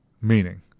Meaning